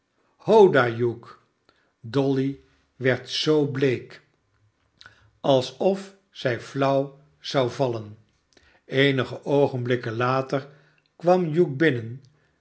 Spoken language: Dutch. hugh dolly werd zoo bleek alsof zij flauw zou vallen eenige oogenblikken later kwam hugh binnen